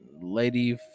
Lady